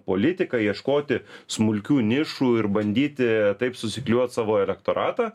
politika ieškoti smulkių nišų ir bandyti taip susiklijuot savo elektoratą